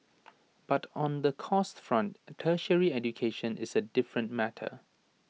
but on the costs front tertiary education is A different matter